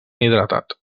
hidratat